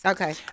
Okay